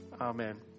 Amen